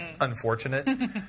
unfortunate